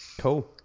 Cool